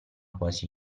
quasi